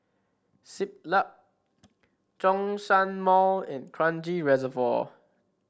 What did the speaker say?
Siglap Zhongshan Mall and Kranji Reservoir